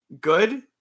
good